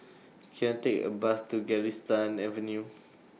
Can I Take A Bus to Galistan Avenue